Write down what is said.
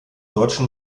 deutschen